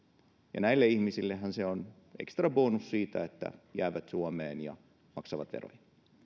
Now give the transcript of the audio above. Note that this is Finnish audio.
ja näille ihmisillehän se on ekstrabonus siitä että jäävät suomeen ja maksavat veroja